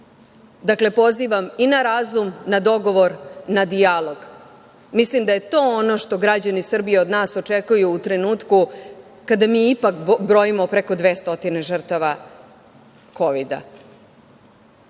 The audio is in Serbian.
pozivam i na razum, na dogovor, na dijalog. Mislim da je to ono što građani Srbije od nas očekuju u trenutku kada mi ipak brojimo preko dve stotine žrtava